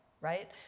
right